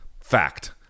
Fact